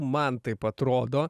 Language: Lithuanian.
man taip atrodo